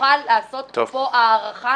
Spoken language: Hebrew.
נוכל לעשות הארכה.